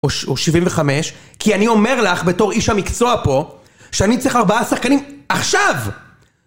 או שבעים וחמש, כי אני אומר לך בתור איש המקצוע פה שאני צריך ארבעה שחקנים עכשיו!